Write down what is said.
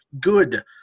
Good